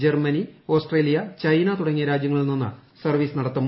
Germany Australia China തുടങ്ങിയ രാജ്യങ്ങളിൽ നിന്നും സർവ്വീസ് നടത്തും